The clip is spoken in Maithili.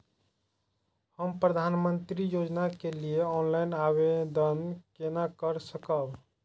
हम प्रधानमंत्री योजना के लिए ऑनलाइन आवेदन केना कर सकब?